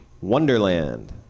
Wonderland